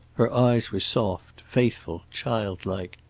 her eyes were soft, faithful, childlike.